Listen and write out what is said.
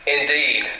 indeed